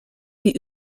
wie